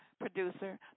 producer